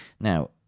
Now